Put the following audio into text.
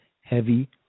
heavy